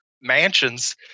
mansions